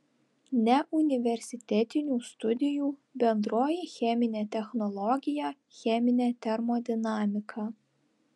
neuniversitetinių studijų bendroji cheminė technologija cheminė termodinamika